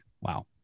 wow